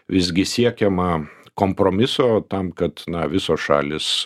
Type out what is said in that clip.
visgi siekiama kompromiso tam kad na visos šalys